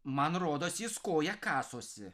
man rodos jis koja kasosi